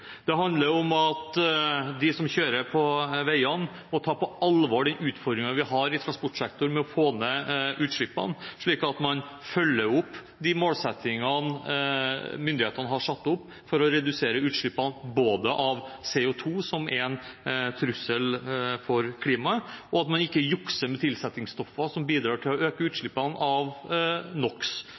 Det handler om at de som kjører på veiene, tar på alvor den utfordringen vi har i transportsektoren med å få ned utslippene, slik at man følger opp de målsettingene myndighetene har satt opp for å redusere utslipp av CO 2 , som er en trussel for klimaet, og at man ikke jukser med tilsettingsstoffer som bidrar til å øke utslippene av